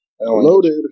Loaded